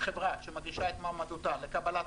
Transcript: שחברה שמגישה את מועמדותה לקבלת